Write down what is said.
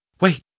Wait